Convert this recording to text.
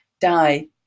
die